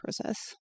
process